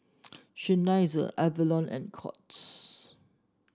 Seinheiser Avalon and Courts